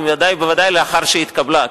ודאי וודאי לאחר שהתקבלה,